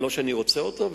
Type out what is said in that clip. לא שאני רוצה אותו.